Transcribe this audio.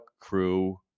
crew